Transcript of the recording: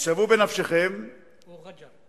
אז שערו בנפשכם, או רג'ר.